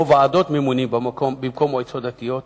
ממונים או ועדות ממונים במקום מועצות דתיות: